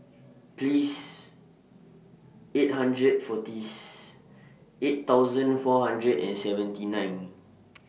Please eight hundred forty's eight thousand four hundred and seventy nine